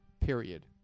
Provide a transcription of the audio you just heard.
Period